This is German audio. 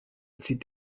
zieht